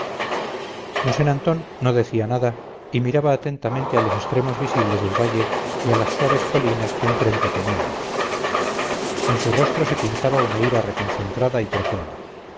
mosén antón no decía nada y miraba atentamente a los extremos visibles del valle y a las suaves colinas que enfrente teníamos en su rostro se pintaba una ira reconcentrada y profunda